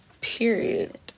Period